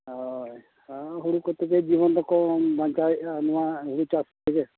ᱦᱳᱭ ᱦᱚᱸ ᱦᱩᱲᱩ ᱠᱚᱛᱮᱜᱮ ᱡᱤᱵᱤᱱ ᱫᱚᱠᱚ ᱵᱟᱧᱪᱟᱣᱮᱫᱼᱟ ᱱᱚᱣᱟ ᱦᱩᱲᱩ ᱪᱟᱥ ᱛᱮᱜᱮ